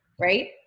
right